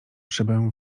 szybę